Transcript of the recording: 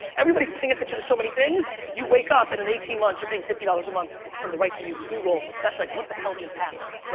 everybody's paying attention to so many things, you wake up and in eighteen months, you're paying fifty dollars a month for the right to use google. that's like, what the hell just happened,